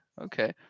okay